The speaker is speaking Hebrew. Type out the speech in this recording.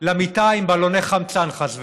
למיטה עם בלוני חמצן, חס וחלילה.